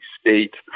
State